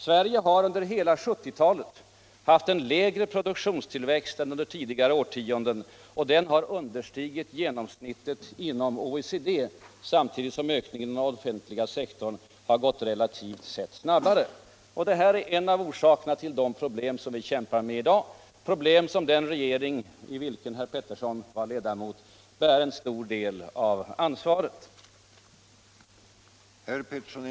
Sverige har under hela 1970-talet haft en lägre produktionstillväxt än under tidigare årtionden, och den har understigit genomsnittet i OECD, samtidigt som ökningen av den offentliga sektorn har gått relativt sett snabbare. Detta är en av orsakerna till de problem vi har i dag, problem som den regering i vilken herr Peterson var ledamot bär en stor del av ansvaret för.